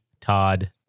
Todd